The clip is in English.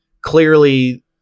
clearly